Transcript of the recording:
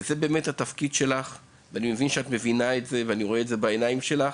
אז זה באמת התפקיד שלך ואני רואה את זה בעיניים שלך